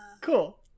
Cool